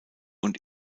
und